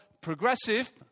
progressive